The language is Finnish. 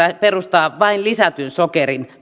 perustaa vain lisätyn sokerin